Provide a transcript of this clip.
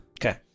Okay